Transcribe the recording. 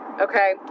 okay